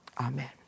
Amen